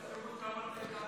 עוד יחשבו שאמרת את זה עליי.